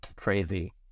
Crazy